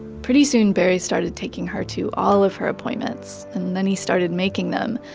pretty soon, barry started taking her to all of her appointments and then, he started making them.